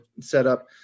setup